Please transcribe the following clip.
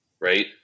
Right